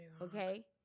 Okay